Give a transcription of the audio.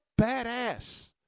badass